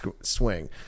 swing